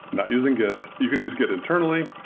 not using git. you can use git internally,